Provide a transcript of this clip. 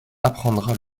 apprendra